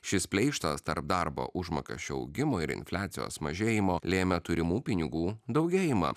šis pleištas tarp darbo užmokesčio augimo ir infliacijos mažėjimo lėmė turimų pinigų daugėjimą